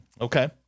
Okay